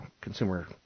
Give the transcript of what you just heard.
consumer